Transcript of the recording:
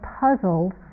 puzzled